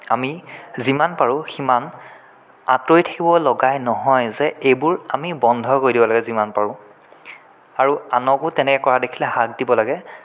আমি যিমান পাৰো সিমান আঁতৰি থাকিব লগাই নহয় যে এইবোৰ আমি বন্ধ কৰি দিব লাগে যিমান পাৰো আৰু আনকো তেনেকে কৰা দেখিলে হাক দিব লাগে